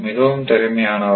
மிகவும் திறமையானவர்